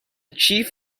chief